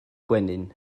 gwenyn